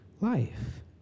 life